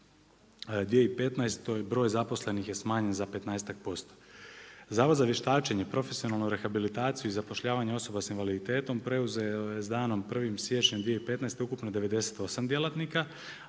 2015. broj zaposlenih je smanjen za 15-ak%. Zavod za vještačenje, profesionalnu rehabilitaciju i zapošljavanje osoba sa invaliditetom preuzeo je sa danom 1. siječnja 2015. ukupno 98 djelatnika